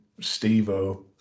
Steve-O